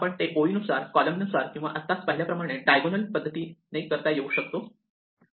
आपण ते ओळी नुसार कॉलम नुसार किंवा आत्ताच पाहिल्याप्रमाणे डायगोनल पद्धतीने करता येऊ शकतो